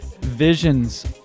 Visions